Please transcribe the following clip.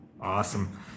Awesome